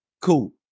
cool